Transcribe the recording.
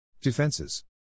Defenses